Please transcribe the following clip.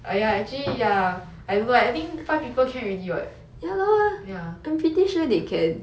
!aiya! actually ya I don't know leh I think five people can already what ya